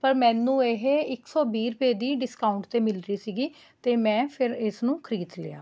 ਪਰ ਮੈਨੂੰ ਇਹ ਇੱਕ ਸੌ ਵੀਹ ਰੁਪਏ ਦੀ ਡਿਸਕਾਊਂਟ 'ਤੇ ਮਿਲ ਰਹੀ ਸੀਗੀ ਅਤੇ ਮੈਂ ਫਿਰ ਇਸ ਨੂੰ ਖਰੀਦ ਲਿਆ